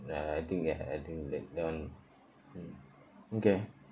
ya I think ya I think that don't mm okay